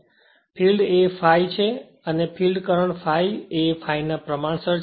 તેથીફિલ્ડ એ ∅ છે અને ફિલ્ડ કરંટ ∅ એ ∅ ના પ્રમાણસર છે